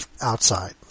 outside